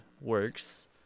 works –